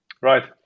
right